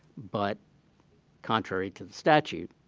but contrary to the statute.